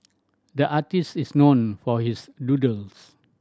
the artist is known for his doodles